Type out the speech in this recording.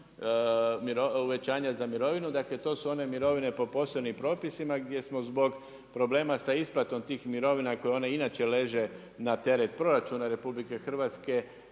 uvećanja za mirovinu, to su one mirovine po posebnim propisima, gdje smo zbog problema sa isplatom tih mirovina koje one inače leže na teret proračuna RH, smo